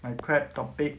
my crab topic